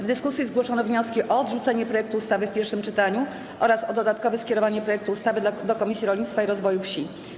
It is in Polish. W dyskusji zgłoszono wnioski o odrzucenie projektu ustawy w pierwszym czytaniu oraz o dodatkowe skierowanie projektu ustawy do Komisji Rolnictwa i Rozwoju Wsi.